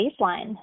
baseline